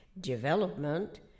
development